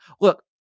look